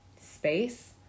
space